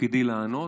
שתפקידי לענות.